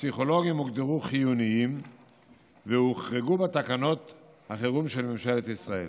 הפסיכולוגים הוגדרו חיוניים והוחרגו בתקנות החירום של ממשלת ישראל.